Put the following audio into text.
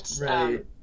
Right